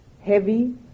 heavy